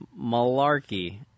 malarkey